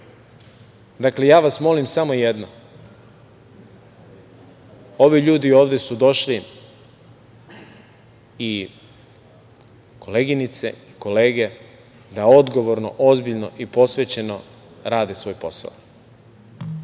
godini. Dakle, ja vas molim samo jedno, ovi ljudi ovde su došli, i koleginice i kolege, da odgovorno, ozbiljno i posvećeno rade svoj posao